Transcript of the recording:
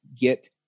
get